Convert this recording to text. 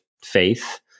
faith